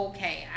Okay